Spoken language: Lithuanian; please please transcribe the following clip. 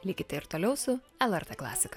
likite ir toliau su lrt klasika